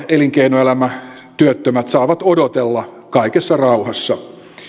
elinkeinoelämä ja työttömät saavat odotella kaikessa rauhassa